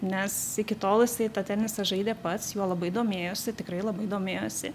nes iki tol jisai tą tenisą žaidė pats juo labai domėjosi tikrai labai domėjosi